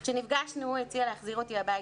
"כשנפגשנו, הוא הציע להחזיר אותי הביתה.